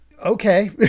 Okay